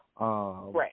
Right